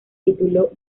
tituló